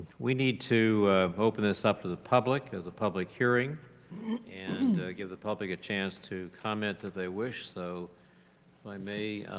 we need to open this up to the public as a public hearing and give the public a chance to comment if they wish so if i may,